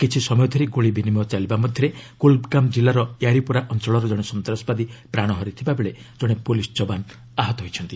କିଛିସମୟ ଧରି ଗୁଳି ବିନିମୟ ଚାଲିବା ମଧ୍ୟରେ କୁଲଗାମ କିଲ୍ଲାର ୟାରିପୋରା ଅଞ୍ଚଳର କଣେ ସନ୍ତାସବାଦୀ ପ୍ରାଣ ହରାଇଥିବା ବେଳେ ଜଣେ ପୁଲିସ ଜବାନ ଆହତ ହୋଇଛନ୍ତି